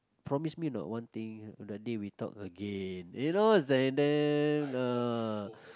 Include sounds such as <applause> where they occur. promise me or not one thing the day we talk again you know is like damn <noise>